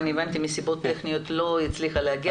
מסיבות טכניות מאי גולן לא הצליחה להגיע.